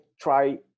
try